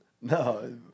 No